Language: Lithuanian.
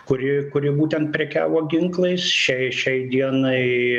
kuri kuri būtent prekiavo ginklais šiai šiai dienai